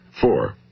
Four